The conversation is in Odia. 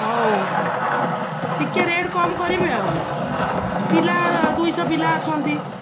ହଉ ଟିକେ ରେଟ୍ କମ କରିବେ ଆଉ ପିଲା ଦୁଇଶହ ପିଲା ଅଛନ୍ତି